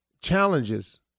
Challenges